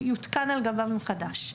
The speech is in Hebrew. יותקן על גביו מחדש.